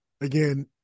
again